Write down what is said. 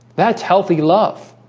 that's healthy love.